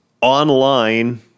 Online